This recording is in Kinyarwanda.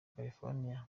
california